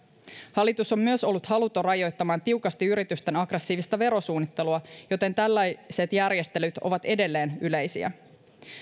hallitus on myös ollut haluton rajoittamaan tiukasti yritysten aggressiivista verosuunnittelua joten tällaiset järjestelyt ovat edelleen yleisiä